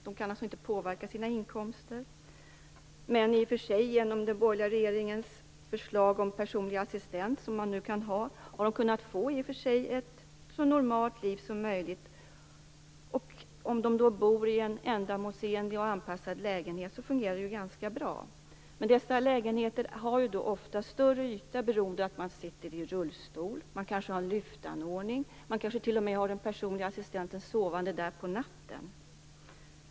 De kan alltså inte påverka sina inkomster, även om de nu genom den borgerliga regeringens förslag om personlig assistent har kunnat få ett så normalt liv som möjligt. Om de dessutom bor i en ändålsenlig och anpassad lägenhet fungerar det hela ganska bra. Men dessa lägenheter har ofta stor yta beroende på att man sitter i rullstol, man kanske har lyftanordning och man kanske t.o.m. har en personlig assistent hemma sovande under natten.